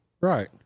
right